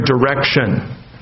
direction